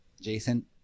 Jason